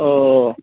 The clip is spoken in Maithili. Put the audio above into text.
ओ